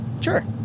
Sure